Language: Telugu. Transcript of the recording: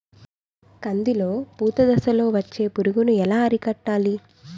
కందిలో పూత దశలో వచ్చే పురుగును ఎలా అరికట్టాలి?